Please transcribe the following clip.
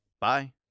Bye